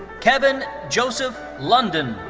kevin joseph london.